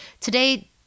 Today